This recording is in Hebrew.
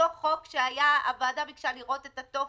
אותו חוק שהוועדה ביקשה לראות את הטופס,